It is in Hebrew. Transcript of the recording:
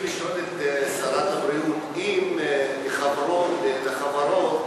רציתי לשאול את שרת הבריאות אם ביחס לחברות